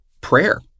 prayer